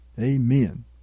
Amen